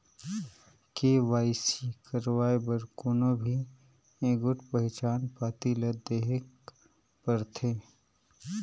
KYC करवाए बर कोनो भी एगोट पहिचान पाती ल देहेक परथे